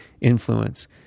influence